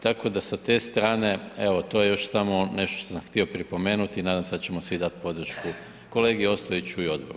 Tako da sa te strane, evo to je još samo nešto što sam htio pripomenuti i nadam se da ćemo svi dati podršku kolegi Ostojiću i odboru.